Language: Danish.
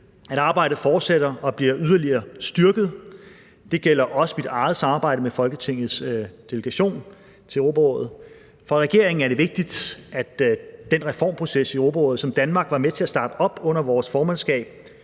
at arbejdet fortsætter og bliver yderligere styrket. Det gælder også mit eget samarbejde med Folketingets delegation til Europarådet. For regeringen er det vigtigt, at den reformproces i Europarådet, som Danmark var med til at starte op under vores formandskab,